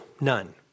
none